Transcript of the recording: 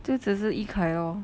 就只是 yikai lor